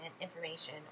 information